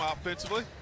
offensively